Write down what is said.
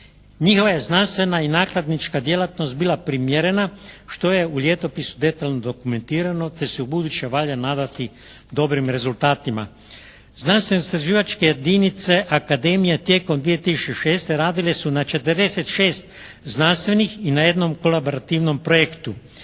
Njihova je znanstvena i nakladnička djelatnost bila primjerena što je u ljetopisu detaljno dokumentirano te se ubuduće valja nadati dobrim rezultatima. Znanstveno-istraživačke jedinice Akademije tijekom 2006. radile su na 46 znanstvenih i na jednom kolabarativnom projektu.